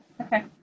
Okay